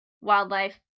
wildlife